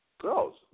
girls